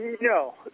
no